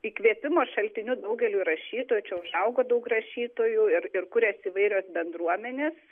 įkvėpimo šaltiniu daugeliui rašytojų čia užaugo daug rašytojų ir ir kuriasi įvairios bendruomenės